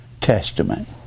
testament